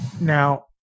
Now